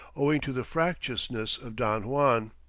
owing to the fractiousness of don juan,